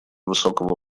высокого